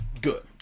good